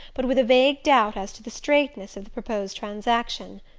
but with a vague doubt as to the straightness of the proposed transaction.